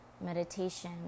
meditation